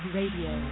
Radio